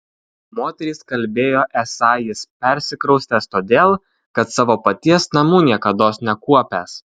moterys kalbėjo esą jis persikraustęs todėl kad savo paties namų niekados nekuopęs